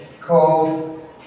called